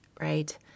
right